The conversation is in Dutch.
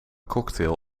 cocktail